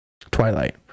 Twilight